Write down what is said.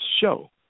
show